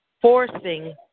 forcing